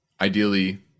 Ideally